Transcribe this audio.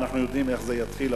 אנחנו יודעים איך זה יתחיל,